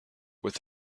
with